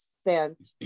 spent